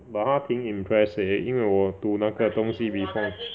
but 他挺 impressed eh 因为我读那个东西 before